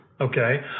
okay